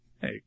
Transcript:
Hey